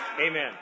Amen